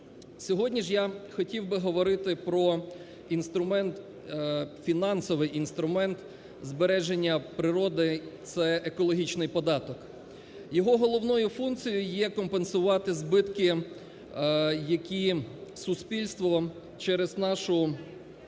Сьогодні ж я хотів би говорити про інструмент, фінансовий інструмент збереження природи – це екологічний податок. Його головною функцією є компенсувати збитки, які суспільство через нашу